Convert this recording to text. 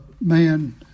man